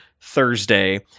thursday